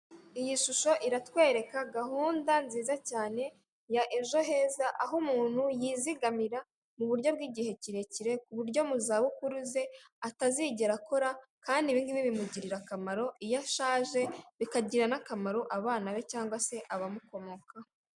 Iyi shusho iratwereka gahunda nziza cyane ya ejo heza aho umuntu yizagamira mu buryo bw'igihe kirekire ku buryo mu zabukuru ze atazigera akora kandi ibingibi bimugirira akamaro iyo ashaje bikagirira n'akamaro abana be cyangwa se abamukomokaho.